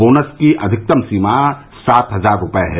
bonus की अधिकतम सीमा सात हजार रूपये है